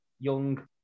young